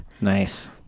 nice